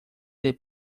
del